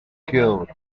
killed